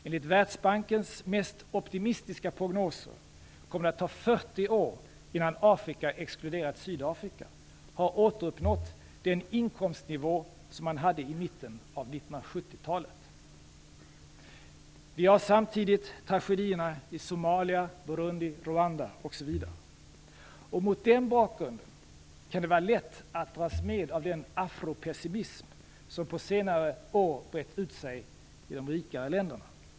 Enligt världsbankens mest optimistiska prognoser kommer det att ta det att ta 40 år innan Afrika, exkluderat Sydafrika, åter har uppnått den inkomstnivå som man hade i mitten av 1970-talet. Vi har samtidigt tragedierna i Somalia, Mot den bakgrunden kan det vara lätt att dras med av den Afropessimism som på senare år brett ut sig i de rikare länderna.